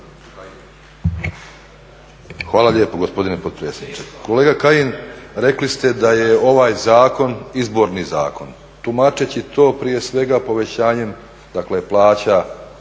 Hvala lijepo gospodine potpredsjedniče. Kolega Kajin rekli ste da je ovaj zakon izborni zakon, tumačeći to prije svega povećanjem plaća